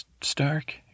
Stark